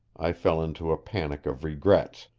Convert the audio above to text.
i fell into a panic of regrets,